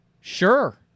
sure